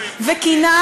כי בערב שבת,